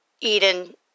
Eden